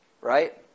right